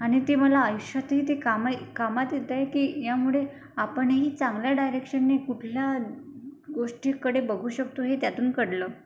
आणि ते मला आयुष्यातही ते कामां कामात येतं आहे की यामुळे आपणही चांगल्या डायरेक्शनने कुठल्या गोष्टीकडे बघू शकतो हे त्यातून कळलं